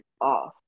off